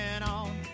on